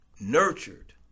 nurtured